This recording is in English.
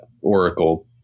Oracle